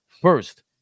first